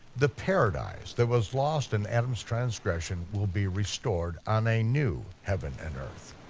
the paradise that was lost in adam's transgression will be restored on a new heaven and earth.